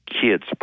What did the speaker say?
kids